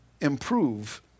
improve